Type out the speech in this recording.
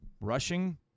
Rushing